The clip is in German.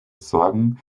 sorgen